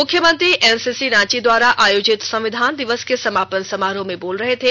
मुख्यमंत्री एनसीसी रांची द्वारा आयोजित संविधान दिवस के समापन समारोह में बोल रहे थे